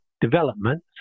development